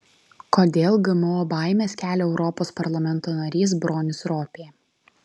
kodėl gmo baimes kelia europos parlamento narys bronis ropė